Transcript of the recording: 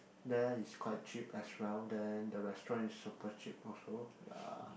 there is quite cheap as well then the restaurant is super cheap also ya